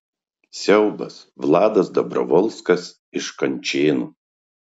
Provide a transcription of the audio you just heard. siaubas vladas dabrovolskas iš kančėnų